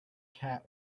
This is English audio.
cat